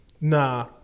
nah